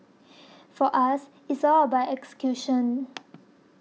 for us it's all about execution